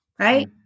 Right